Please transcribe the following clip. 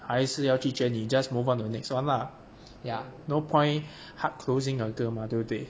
还是要拒绝你 just move on to the next one lah ya no point hard closing a girl mah 对不对